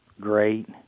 great